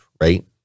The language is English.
right